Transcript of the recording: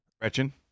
Gretchen